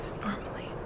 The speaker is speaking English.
normally